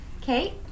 Kate